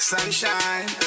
Sunshine